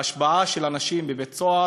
ההשפעה של אנשים בבית-סוהר,